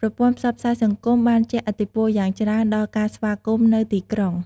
ប្រព័ន្ធផ្សព្វផ្សាយសង្គមបានជះឥទ្ធិពលយ៉ាងច្រើនដល់ ការស្វាគមន៍នៅទីក្រុង។